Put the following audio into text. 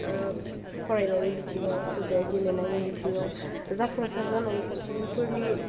फरायनायनि बिथिङाव सोरबाया गेलेनायनि बिथिङाव जाफुंसार जानाय सुबुंफोरनि